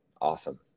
awesome